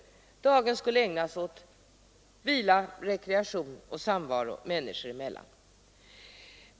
Dagen skulle ägnas åt vila, rekreation och samvaro människor emellan.